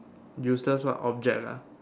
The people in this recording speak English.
useless what object ah